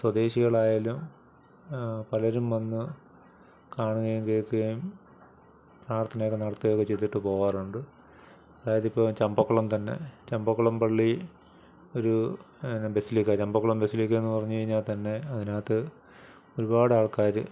സ്വദേശികളായാലും പലരും വന്ന് കാണുകയും കേൾക്കുകയും പ്രാർത്ഥനയൊക്കെ നടത്തുകയൊക്കെ ചെയ്തിട്ട് പോകാറുണ്ട് അതായത് ഇപ്പം ചമ്പക്കുളം തന്നെ ചമ്പക്കുളം പള്ളി ഒരു ബസിലിക്ക ചമ്പക്കുളം ബസലിക്കയെന്ന് പറഞ്ഞ് കഴിഞ്ഞാൽ തന്നെ അതിനകത്ത് ഒരുപാടാൾക്കാർ